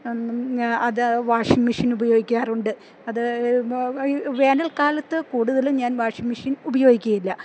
അത് washing machine ഉപയോഗിക്കാറുണ്ട് അത് വേനൽക്കാലത്തു കൂടുതലും ഞാൻ വാഷിംഗ് മെഷിൻ ഉപയോഗിക്കുകയില്ല